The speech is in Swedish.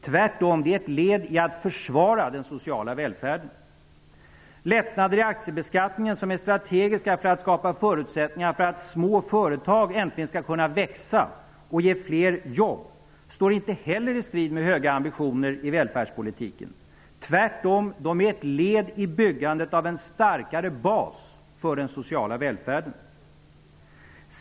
Tvärtom är de ett led i försvaret av den sociala välfärden. Lättnader i aktiebeskattningen, som är strategiska för att skapa förutsättningar för att små företag äntligen skall kunna växa och ge fler jobb, står inte heller i strid med höga ambitioner i välfärdspolitiken. Tvärtom är de ett led i byggandet av en starkare bas för den sociala välfärden.